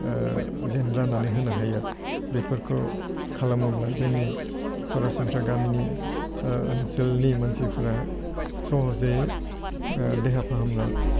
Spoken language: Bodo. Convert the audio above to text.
जेन राननानै होनो हायो बेफोरखौ खालामोब्ला जोंनि सरासन्स्रा गामिनि ओनसोलनि मानसिफ्रा सह'सै देहा फाहामनो